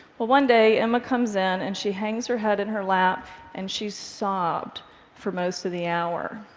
well one day, emma comes in and she hangs her head in her lap, and she sobbed for most of the hour.